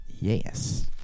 Yes